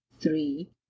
three